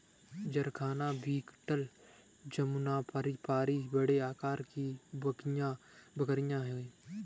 जरखाना बीटल जमुनापारी बड़े आकार की बकरियाँ हैं